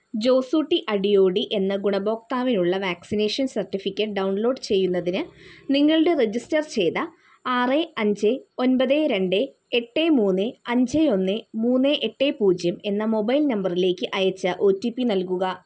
ജോസൂട്ടി അടിയോടി എന്ന ഗുണഭോക്താവിനുള്ള vaccination certificate download ചെയ്യുന്നതിന് നിങ്ങളുടെ രജിസ്റ്റർ ചെയ്ത ആറ് അഞ്ച് ഒൻപത് രണ്ട് എട്ട് മൂന്ന് അഞ്ച് ഒന്ന് മൂന്ന് എട്ട് പൂജ്യം എന്ന മൊബൈൽ നമ്പറിലേക്ക് അയച്ച ഒ ടി പി നൽകുക